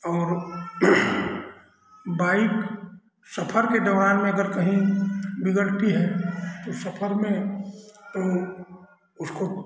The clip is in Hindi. और बाइक सफर के दौरान में अगर कहीं बिगड़ती है तो सफर में तो उसको